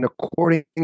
according